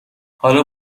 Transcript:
حالا